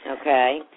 Okay